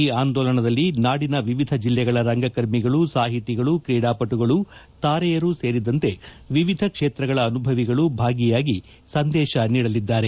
ಈ ಅಂದೋಲನದಲ್ಲಿ ನಾಡಿನ ವಿವಿಧ ಜಿಲ್ಲೆಗಳ ರಂಗಕರ್ಮಿಗಳು ಸಾಹಿತಿಗಳು ತ್ರೀಡಾಪಟುಗಳು ತಾರೆಯರು ಸೇರಿದಂತೆ ವಿವಿಧ ಕ್ಷೇತ್ರಗಳ ಅನುಭವಿಗಳು ಭಾಗಿಯಾಗಿ ಸಂದೇಶ ನೀಡಲಿದ್ದಾರೆ